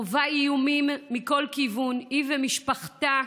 חווה איומים מכל כיוון, היא ומשפחתה.